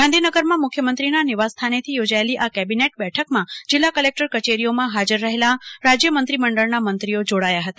ગાંધીનગરમાં મુખ્યમંત્રીના નિવાસ્સ્થાનેથી યોજાયેલી આ કેબિનેટ બેઠકમાં જિલ્લા કલેકટર કચેરીઓમાં હાજર રહેલા રાજ્ય મંત્રીમંડળના મંત્રીઓ જોડાયા હતા